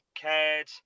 cared